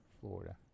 Florida